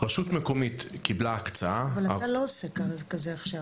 רשות מקומית קיבלה הקצאה --- אבל אתה לא עושה את זה עכשיו.